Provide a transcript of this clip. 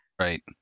Right